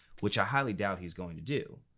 which i highly doubt he's going to do,